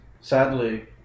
Sadly